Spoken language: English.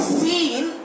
seen